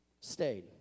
stayed